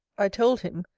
i told him,